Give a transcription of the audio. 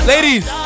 Ladies